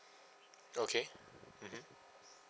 okay mmhmm